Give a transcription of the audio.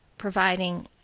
providing